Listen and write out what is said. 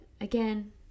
again